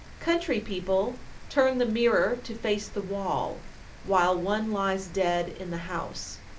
country people turn the mirror to face the wall while one lies dead in the house.